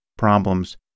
Problems